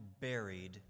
buried